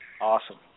Awesome